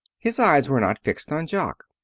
his eyes were not fixed on jock.